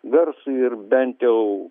garsų ir bent jau